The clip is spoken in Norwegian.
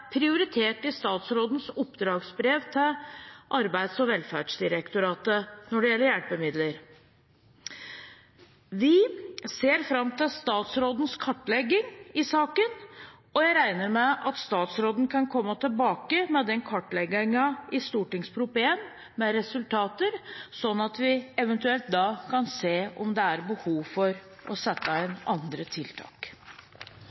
prioritert i statsrådens oppdragsbrev til Arbeids- og velferdsdirektoratet når det gjelder hjelpemidler. Vi ser fram til statsrådens kartlegging i saken, og jeg regner med at statsråden kan komme tilbake med den kartleggingen i Prop. 1 S, med resultater, sånn at vi da eventuelt kan se om det er behov for å sette